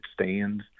stands